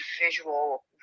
visual